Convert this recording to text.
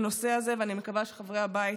בנושא הזה, ואני מקווה שחברי הבית